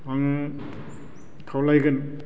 आङो खावलायगोन